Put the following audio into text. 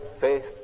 faith